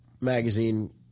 magazine